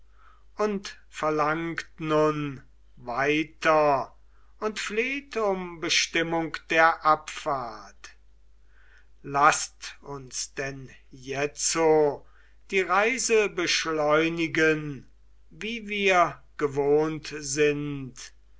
und verlangt nun weiter und fleht um bestimmung der abfahrt laßt uns denn jetzo die reise beschleunigen wie wir gewohnt sind